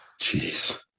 Jeez